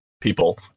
people